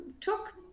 took